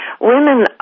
women